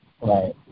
Right